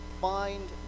find